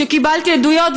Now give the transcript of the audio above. שקיבלתי עדויות,